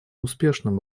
успешным